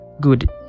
good